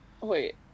Wait